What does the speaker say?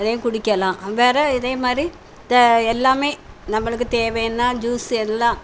அதையும் குடிக்கலாம் வேறு இதே மாதிரி த எல்லாமே நம்மளுக்குத் தேவைன்னால் ஜூஸு எல்லாம்